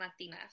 Latinas